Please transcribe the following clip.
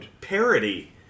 parody